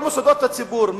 כל מוסדות הציבור,